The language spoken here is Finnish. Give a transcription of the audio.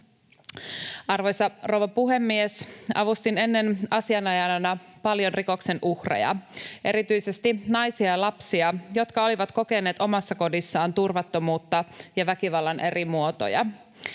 Arvoisa rouva puhemies! Avustin ennen asianajajana paljon rikoksen uhreja, erityisesti naisia ja lapsia, jotka olivat kokeneet omassa kodissaan turvattomuutta ja väkivallan eri muotoja.